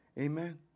Amen